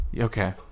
Okay